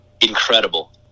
Incredible